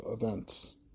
events